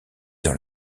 dans